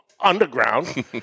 underground